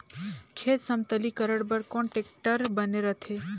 खेत समतलीकरण बर कौन टेक्टर बने रथे?